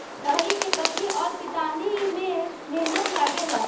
रहरी के कटनी अउर पिटानी में मेहनत लागेला